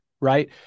Right